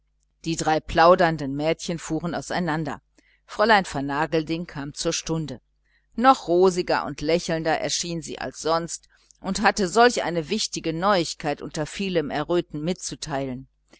die drei plaudernden mädchen fuhren auseinander fräulein vernagelding kam zur stunde noch rosiger und lächelnder erschien sie als sonst und hatte solch eine wichtige neuigkeit unter vielem erröten mitzuteilen